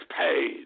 paid